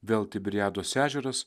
vėl tiberiados ežeras